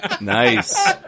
Nice